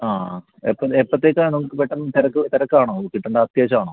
ആ ആ എപ്പം എപ്പോഴത്തേക്കാണ് നമുക്ക് പെട്ടെന്ന് തിരക്ക് തിരക്കാണോ കിട്ടേണ്ട അത്യാവശ്യമാണോ